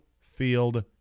field